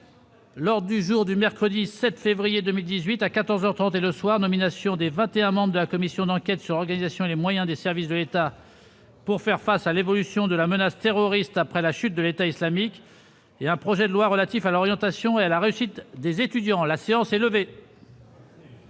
Lors du jour du mercredi 7 février 2018 à 14 heures 30 et le soir, nomination des 21 membres de la commission d'enquête sur l'organisation des moyens des services de l'État pour faire face à l'évolution de la menace terroriste après la chute de l'État islamique et un projet de loi relatif à l'orientation et à la réussite des étudiants, la séance est levée.